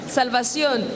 salvación